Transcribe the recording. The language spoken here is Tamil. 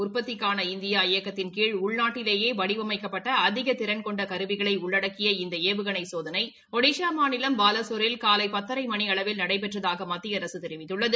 உற்பத்திக்காள இந்தியா இயக்கத்தின் கீழ் உள்நாட்டிலேயே வடிவமைக்கப்பட்ட அதிக திறன்கொண்ட கருவிகளை உள்ளடக்கிய இந்த ஏவுகணை சோதளை ஒடிஸா மாநிலம் பாலஸோரில் காலை பத்தரை மணி அளவில் நடைபெற்றதாக மத்திய அரசு தெரிவித்துள்ளது